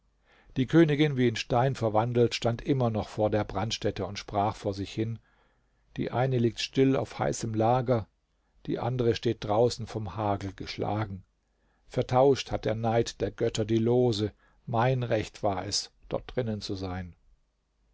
die königin wie in stein verwandelt stand immer noch vor der brandstätte und sprach vor sich hin die eine liegt still auf heißem lager die andere steht draußen vom hagel geschlagen vertauscht hat der neid der götter die lose mein recht war es dort drinnen zu sein